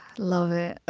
love it.